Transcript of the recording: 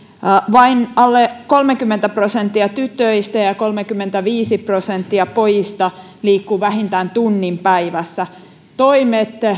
vain alle kolmekymmentä prosenttia tytöistä ja ja kolmekymmentäviisi prosenttia pojista liikkuu vähintään tunnin päivässä toimet